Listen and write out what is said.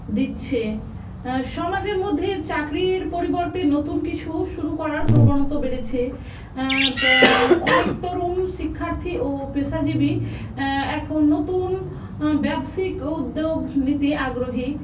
দিচ্ছে সমাজের মধ্যে চাকরির পরিবর্তে নতুন কিছু শুরু করার প্রবণতা বেড়েছে অনেক তরুণ শিক্ষার্থী ও পেশাজীবী এখন নতুন ব্যবসায়িক উদ্যোগ নিতে আগ্রহী